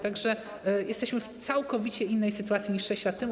Tak że jesteśmy w całkowicie innej sytuacji niż 6 lat temu.